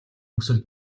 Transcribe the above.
нөхцөл